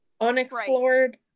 unexplored